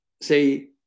say